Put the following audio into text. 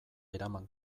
eraman